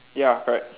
ya correct